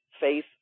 faith